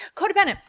codependent.